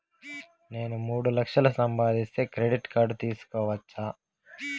నేను మూడు లక్షలు సంపాదిస్తే క్రెడిట్ కార్డు తీసుకోవచ్చా?